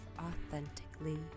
authentically